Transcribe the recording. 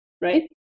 right